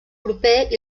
proper